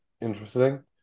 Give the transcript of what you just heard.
interesting